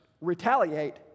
retaliate